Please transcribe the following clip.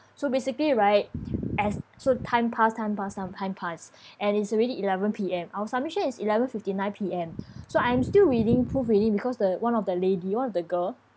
so basically right as so time pass time pass time time pass and it's already eleven P_M our submission is eleven fifty nine P_M so I'm still reading proofreading because the one of the lady one of the girl